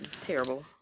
Terrible